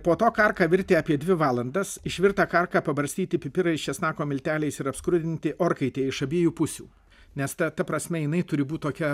po to karka virti apie dvi valandas išvirtą karką pabarstyti pipirais česnako milteliais ir apskrudinti orkaitėj iš abiejų pusių nes ta ta prasme jinai turi būt tokia